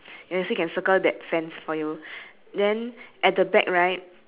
fence around there because next to the fence right there's the sign that says meet sue and ted